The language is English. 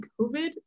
COVID